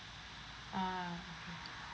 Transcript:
ah okay